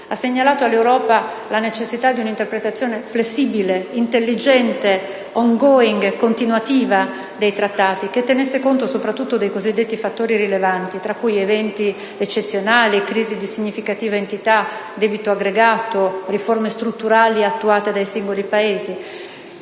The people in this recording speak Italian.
ha segnalato all'Europa la necessità di un'interpretazione flessibile, intelligente, *ongoing*, continuativa, dei Trattati, che tenesse conto soprattutto dei cosiddetti fattori rilevanti, tra cui eventi eccezionali, crisi di significativa entità, debito aggregato, riforme strutturali attuate dai singoli Paesi.